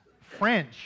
French